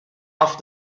off